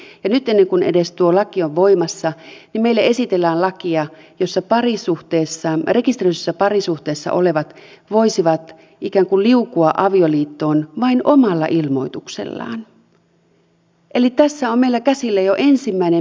ja nyt ennen kuin tuo laki on edes voimassa meille esitellään lakia jossa rekisteröidyssä parisuhteessa olevat voisivat ikään kuin liukua avioliittoon vain omalla ilmoituksellaan eli tässä on meillä käsillä jo ensimmäinen merkittävä muutos